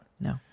No